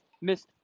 missed